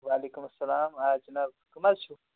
وعلیکُم السلام آ حِناب کَم حظ چھِو